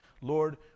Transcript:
Lord